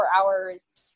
hours